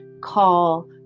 call